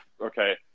Okay